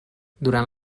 durant